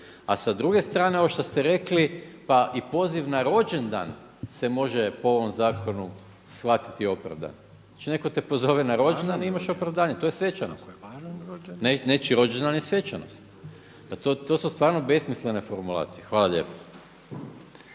A sa druge strane, ovo što ste rekli, pa i poziv na rođendan se može po ovom zakonu shvatiti opravdan. Znači netko te pozove na rođendan i imaš opravdanje, to je svečanost. Nečiji rođendan je svečanost. Pa to su stvarno besmislene formulacije. Hvala lijepo.